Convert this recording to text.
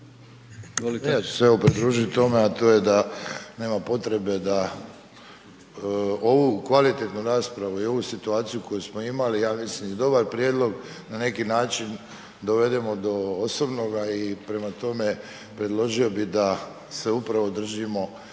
Ja ću se evo pridružit tome, a to je da nema potrebe da ovu kvalitetnu raspravu i ovu situaciju koju smo imali, ja mislim i dobar prijedlog na neki način dovedemo do osobnoga i prema tome predložio bi da se upravo držimo